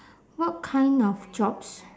what kind of jobs